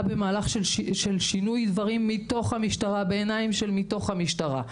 במהלך שינוי דברים מתוך המשטרה בעיניים מתוך המשטרה.